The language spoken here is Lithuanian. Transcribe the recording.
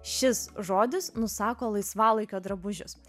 šis žodis nusako laisvalaikio drabužius